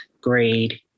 grade